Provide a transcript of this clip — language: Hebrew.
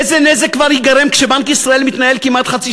איזה נזק כבר ייגרם כשבנק ישראל מתנהל כמעט חצי